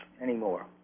anymore